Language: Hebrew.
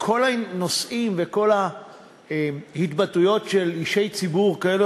כל הנושאים וכל ההתבטאויות של אישי ציבור כאלה